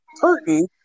curtain